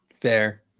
Fair